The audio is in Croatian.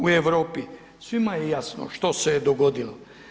U Europi svima je jasno što se je dogodilo.